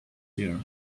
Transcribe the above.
year